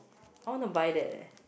I want to buy that eh